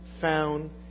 found